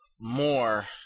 more